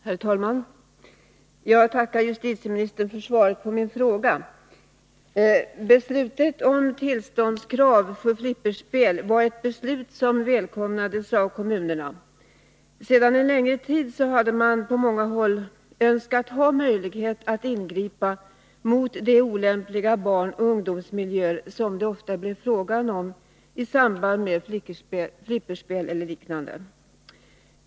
Herr talman! Jag tackar justitieministern för svaret på min fråga. Beslutet om tillståndskrav för flipperspel var ett beslut som välkomnades av kommunerna. Sedan en längre tid hade man på många håll önskat ha möjlighet att ingripa mot de olämpliga barnoch ungdomsmiljöer som det ofta blev fråga om i samband med flipperspel e. d.